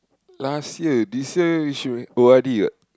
last year this year you should O_R_D what